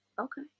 Okay